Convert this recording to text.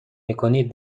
میکنید